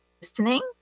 listening